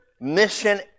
mission